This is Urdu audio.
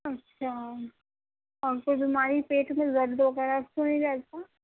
اچھا اور کوئی بیماری پیٹ میں درد وغیرہ تو نہیں رہتا